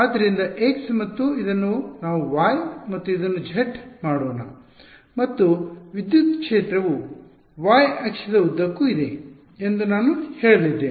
ಆದ್ದರಿಂದ x ಮತ್ತು ಇದನ್ನು ನಾವು y ಮತ್ತು ಇದನ್ನು z ಮಾಡೋಣ ಮತ್ತು ವಿದ್ಯುತ್ ಕ್ಷೇತ್ರವು y ಅಕ್ಷದ ಉದ್ದಕ್ಕೂ ಇದೆ ಎಂದು ನಾನು ಹೇಳಲಿದ್ದೇನೆ